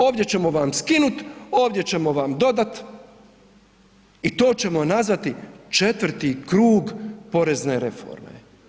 Ovdje ćemo vam skinuti, ovdje ćemo vam dodat i to ćemo nazvati 4. krug porezne reforme.